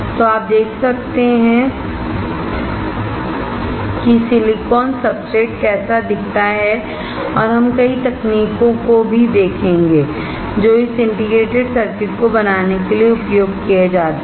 तो आप देख सकते हैं कि सिलिकॉन सब्सट्रेट कैसा दिखता है और हम कई तकनीकों को भी देखेंगे जो इस इंटीग्रेटेड सर्किट को बनाने के लिए उपयोग किए जाते हैं